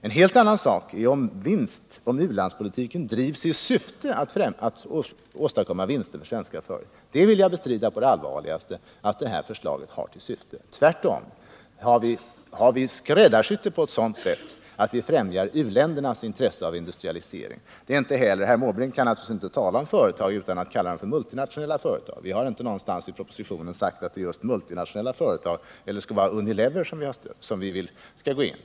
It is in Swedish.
En helt annan sak är om u-landspolitiken drivs i syfte att åstadkomma vinster för svenska företag. Jag vill på det allvarligaste bestrida att det här förslaget har ett sådant syfte. Tvärtom har vi skräddarsytt det så att vi främjar u-ländernas intressen av industrialisering. Bertil Måbrink kan inte tala om företag utan att kalla dem för multinationella företag. Vi har inte någonstans i propositionen talat om att det är just multinationella företag som vi skall gå in i.